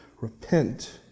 repent